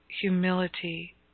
humility